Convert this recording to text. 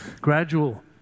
Gradual